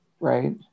right